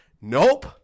Nope